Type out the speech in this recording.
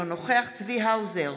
אינו נוכח צבי האוזר,